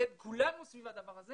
כולנו סביב הדבר הזה